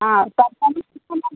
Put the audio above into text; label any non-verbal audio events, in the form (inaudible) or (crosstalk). ആ പെർഫോമൻസ് (unintelligible)